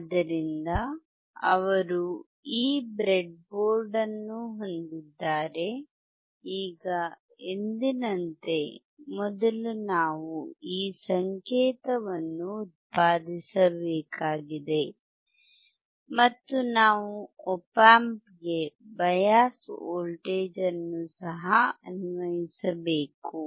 ಆದ್ದರಿಂದ ಅವರು ಈ ಬ್ರೆಡ್ಬೋರ್ಡ್ ಅನ್ನು ಹೊಂದಿದ್ದಾರೆ ಈಗ ಎಂದಿನಂತೆ ಮೊದಲು ನಾವು ಈ ಸಂಕೇತವನ್ನು ಉತ್ಪಾದಿಸಬೇಕಾಗಿದೆ ಮತ್ತು ನಾವು ಆಪ್ ಆಂಪ್ ಗೆ ಬಯಾಸ್ ವೋಲ್ಟೇಜ್ ಅನ್ನು ಸಹ ಅನ್ವಯಿಸಬೇಕು